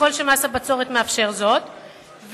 ככל שמס הבצורת מאפשר זאת,